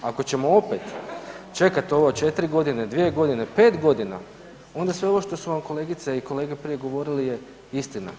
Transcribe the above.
Ako ćemo opet ovo četiri godine godine, 2 godine, 5 godina, onda sve ovo što su vam kolegice i kolege prije govorili je istina.